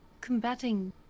Combating